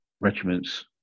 Regiments